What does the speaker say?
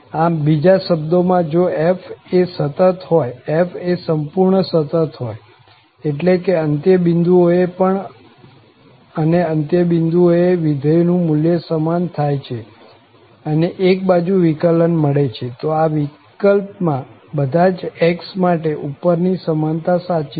આમ બીજા શબ્દો માં જો f એ સતત હોય f એ સંપૂર્ણ સતત હોય એટલે કે અંત્યબિંદુઓ એ પણ અને અંત્યબિંદુઓ એ વિધેયનું મુલ્ય સમાન થાય છે અને એક બાજુ વિકલન મળે છે તો આ વિકલ્પ માં બધા જ x માટે ઉપર ની સમાનતા સાચી છે